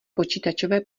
počítačové